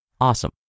awesome